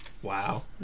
Wow